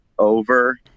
over